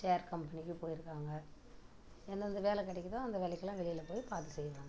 சேர் கம்பெனிக்கு போயிருக்காங்க எந்தந்த வேலை கிடைக்குதோ அந்த வேலைக்கெல்லாம் வெளியில போய் பார்த்து செய்வாங்கள்